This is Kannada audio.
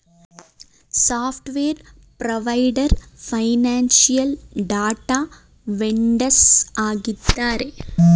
software provider, financial data vendors ಆಗಿದ್ದಾರೆ